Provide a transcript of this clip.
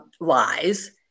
lies